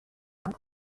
نمیاد